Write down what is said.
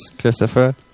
Christopher